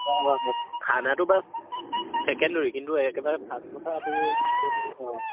অঁ হয় হয় খানাটো বাৰু ছেকেণ্ডেৰি কিন্তু একেবাৰে ফাৰ্ষ্ট কথাটো তোৰ তোৰ অঁ